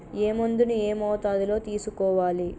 ఏ మందును ఏ మోతాదులో తీసుకోవాలి?